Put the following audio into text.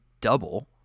double